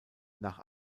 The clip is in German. nach